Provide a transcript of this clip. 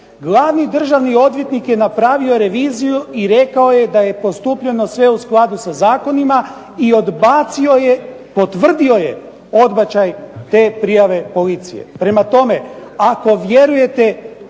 Glavni državni odvjetnik je napravio reviziju i rekao je da je postupljeno sve u skladu sa zakonima i odbacio je, potvrdio je odbačaj te prijave policije. Prema tome, ako vjerujete